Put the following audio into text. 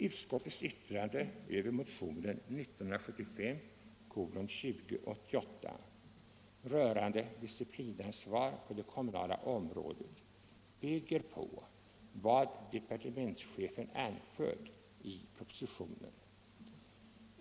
Utskottets yttrande över motionen 2088 rörande disciplinansvar på det kommunala området bygger på vad departementschefen anfört i propositionen.